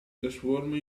trasforma